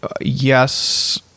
yes